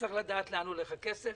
לאן הולך הכסף,